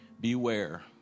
Beware